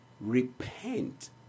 repent